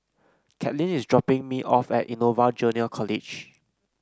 Caitlyn is dropping me off at Innova Junior College